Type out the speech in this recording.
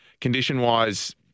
Condition-wise